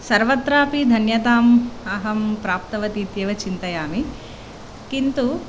सर्वत्रापि धन्यताम् अहं प्राप्तवती इत्येव चिन्तयामि किन्तु